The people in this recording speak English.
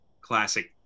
classic